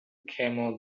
camel